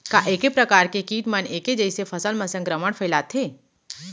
का ऐके प्रजाति के किट मन ऐके जइसे फसल म संक्रमण फइलाथें?